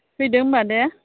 फैदो होनबा दे